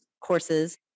courses